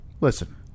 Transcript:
listen